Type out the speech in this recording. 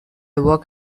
work